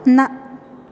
न